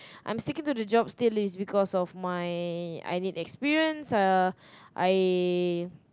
I'm sticking to the job still because of my I need experience uh I